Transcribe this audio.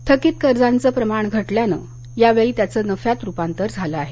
थकित कर्जाचं प्रमाण घटल्यानं यावेळी त्याचं नफ्यात रुपांतर झालं आहे